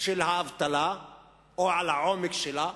של האבטלה או על העומק שלה,